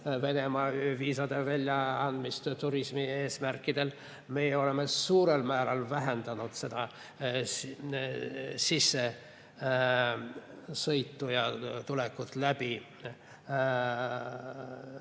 Venemaa viisade väljaandmise turismi eesmärkidel. Meie oleme suurel määral vähendanud sissesõitu ja tulekut üle